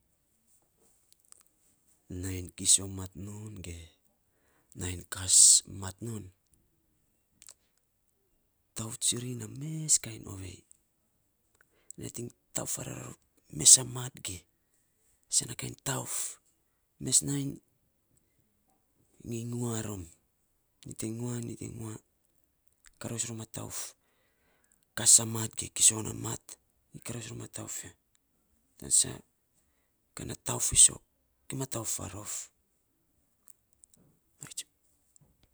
Nainy kiso mat non ge kiso mat non, tauf tsuri na meskain ovei. Nating tauf fa rei ror mes a mat ge sen na kind tauf mes nainy nyi nua rom karous rom a tauf kas amat ge kiso na mat nyi karous rom ma tauf ya tau sa kana tauf fisok. Ki ma tauf fa rof.